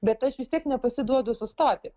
bet aš vis tiek nepasiduodu sustoti